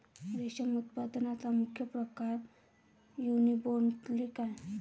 रेशम उत्पादनाचा मुख्य प्रकार युनिबोल्टिन आहे